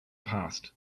past